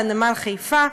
לנמל חיפה.